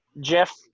Jeff